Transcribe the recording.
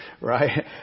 right